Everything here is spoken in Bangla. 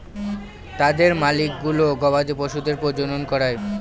তাদের মালিকগুলো গবাদি পশুদের প্রজনন করায়